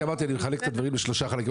כי אמרתי שאני מחלק את הדברים לשלושה חלקים.